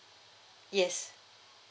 yes